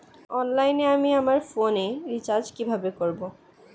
অনলাইনে আমি আমার ফোনে রিচার্জ কিভাবে করব?